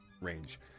range